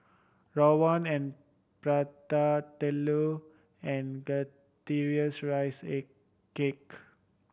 rawon and Prata Telur and rice a cake